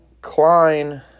Klein